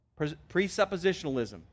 presuppositionalism